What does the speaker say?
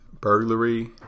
Burglary